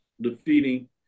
defeating